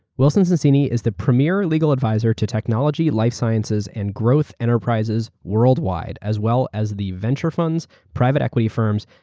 wilson sonsini is the premier legal adviser to technology, life sciences, and growth enterprises worldwide, as well as the venture funds, private equity firms,